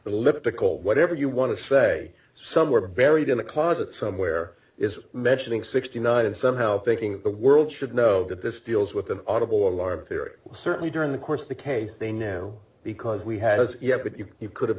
pickle whatever you want to say somewhere buried in a closet somewhere is mentioning sixty nine and somehow thinking the world should know that this deals with the audible alarm theory certainly during the course of the case they now because we had as yet but you could have